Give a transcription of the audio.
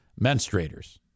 menstruators